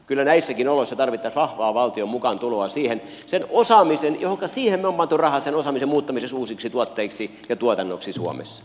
kyllä näissäkin oloissa tarvittaisiin vahvaa valtion mukaantuloa sen osaamisen johonka on pantu rahaa muuttamiseksi uusiksi tuotteiksi ja tuotannoksi suomessa